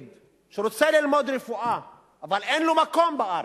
שרוצה ללמוד רפואה אבל אין לו מקום בארץ?